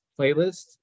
playlist